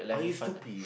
are you stupid